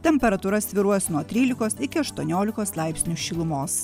temperatūra svyruos nuo trylikos iki aštuoniolikos laipsnių šilumos